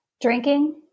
drinking